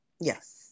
Yes